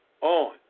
on